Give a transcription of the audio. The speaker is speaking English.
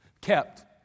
kept